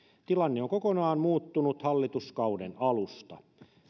tilanne on kokonaan muuttunut hallituskauden alusta